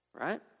Right